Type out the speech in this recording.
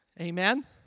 Amen